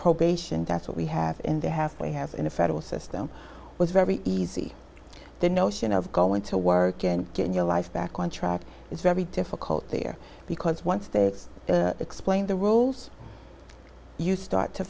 probation that's what we have in the halfway house in a federal system was very easy the notion of going to work and getting your life back on track is very difficult there because once they the explain the roles you start to